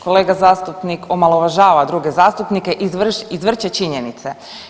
kolega zastupnik omalovažava druge zastupnike i izvrće činjenice.